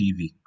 TV